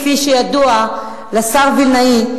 כפי שידוע לשר וילנאי,